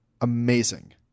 amazing